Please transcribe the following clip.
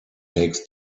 takes